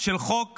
של חוק